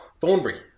Thornbury